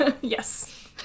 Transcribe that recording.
Yes